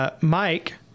Mike